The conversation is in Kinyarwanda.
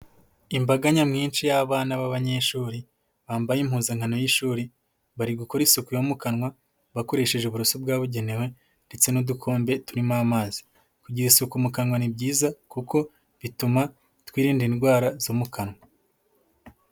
Imbaga nyamwinshi y'abana b'abanyeshuri, bambaye impuzankano y'ishuri, bari gukora isuku yo mu kanwa, bakoresheje uburoso bwabugenewe ndetse n'udukombe turimo amazi. Kugira isuku mu kanwa ni byiza kuko bituma twirinda indwara zo mu kanwa.